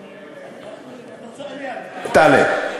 לא, תעלה.